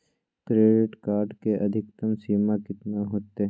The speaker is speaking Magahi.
क्रेडिट कार्ड के अधिकतम सीमा कितना होते?